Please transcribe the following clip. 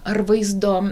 ar vaizdo